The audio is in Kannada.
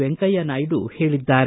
ವೆಂಕಯ್ಯನಾಯ್ಡ ಹೇಳಿದ್ದಾರೆ